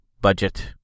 budget